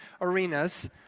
arenas